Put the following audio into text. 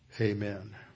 Amen